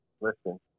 listen